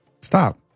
Stop